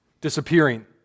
disappearing